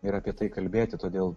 ir apie tai kalbėti todėl